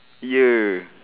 !eeyer!